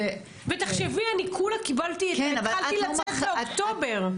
ותחשבי, אני התחלתי לצאת באוקטובר.